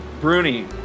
Bruni